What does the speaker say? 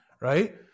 right